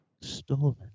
stolen